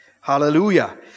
Hallelujah